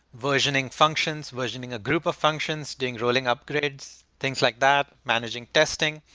versioning functions, versioning a group of functions, doing rolling upgrades, things like that, managing testing.